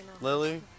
Lily